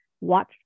Watch